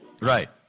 Right